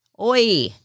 Oi